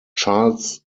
charles